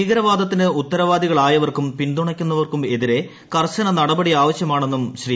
ഭീകരവാദത്തിന് ഉത്തരവാദികളായവർക്കും പിന്തുണയ്ക്കുന്നവർക്കും എതിരെ കർശന നടപടി ആവശ്യമാണെന്നും ശ്രീ